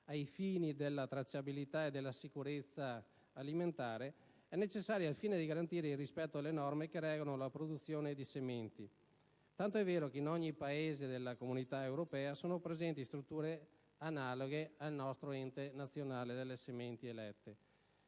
ai fini della tracciabilità e della sicurezza alimentare, è necessaria al fine di garantire il rispetto delle norme che regolano la produzione di sementi; tant'è vero che in ogni Paese dell'Unione europea sono presenti strutture analoghe al nostro Ente nazionale delle sementi elette.